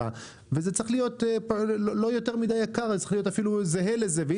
זה צריך להיות אפילו זהה לזה, לא יותר מדי יקר.